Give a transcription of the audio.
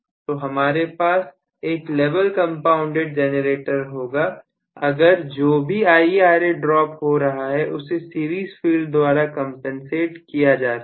तो हमारे पास एक लेवल कंपाउंडेड जेनरेटर होगा अगर जो भी IaRa ड्रॉप हो रहा है उसे सीरीज फील्ड द्वारा कंपनसेट किया जा सके